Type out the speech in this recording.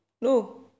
No